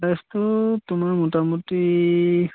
তোমাৰ মোটামুটি